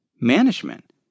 management